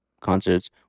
concerts